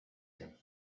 him